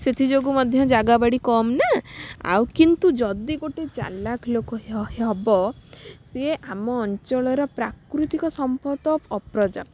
ସେଥିଯୋଗୁଁ ମଧ୍ୟ ଜାଗା ବାଡ଼ି କମ୍ ନା ଆଉ କିନ୍ତୁ ଯଦି ଗୋଟେ ଚାଲାକ ଲୋକ ହେବ ସିଏ ଆମ ଅଞ୍ଚଳର ପ୍ରାକୃତିକ ସମ୍ପଦ ଅପର୍ଯ୍ୟାପ୍ତ